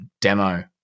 demo